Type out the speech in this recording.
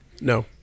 No